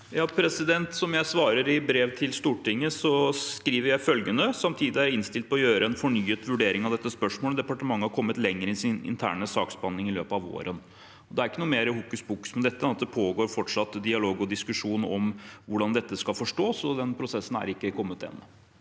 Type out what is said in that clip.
Som jeg sva- rer i brev til Stortinget, der jeg skriver følgende: Samtidig er jeg innstilt på å gjøre en fornyet vurdering av dette spørsmålet når departementet har kommet lenger i sin interne saksbehandling i løpet av våren. Det er ikke noe mer hokuspokus om dette enn at det fortsatt pågår dialog og diskusjon om hvordan dette skal forstås, og den prosessen er ikke kommet til